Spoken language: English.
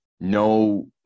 no